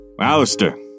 Alistair